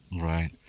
Right